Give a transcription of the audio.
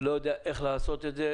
איך לעשות את זה